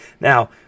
Now